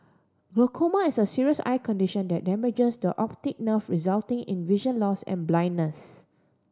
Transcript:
glaucoma is a serious eye condition that damages the optic nerve resulting in vision loss and blindness